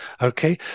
Okay